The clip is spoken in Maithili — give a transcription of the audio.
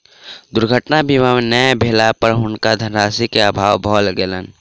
दुर्घटना बीमा नै भेला पर हुनका धनराशि के अभाव भ गेलैन